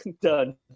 done